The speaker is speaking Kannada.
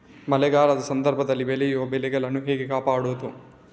ಮಳೆಗಾಲದ ಸಂದರ್ಭದಲ್ಲಿ ಬೆಳೆಯುವ ಬೆಳೆಗಳನ್ನು ಹೇಗೆ ಕಾಪಾಡೋದು?